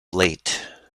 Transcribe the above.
late